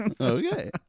okay